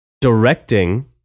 directing